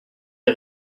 est